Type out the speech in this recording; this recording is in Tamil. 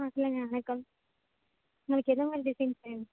ஆ சொல்லுங்கள் வணக்கம் உங்களுக்கு எந்த மாதிரி டிசைன்ஸ் வேணும்